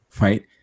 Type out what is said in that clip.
Right